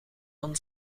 van